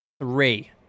three